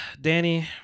Danny